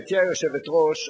גברתי היושבת-ראש,